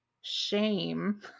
shame